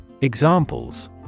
Examples